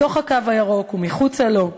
בתוך הקו הירוק ומחוצה לו.